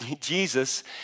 Jesus